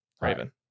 Raven